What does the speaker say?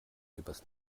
übers